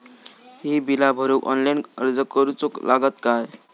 ही बीला भरूक ऑनलाइन अर्ज करूचो लागत काय?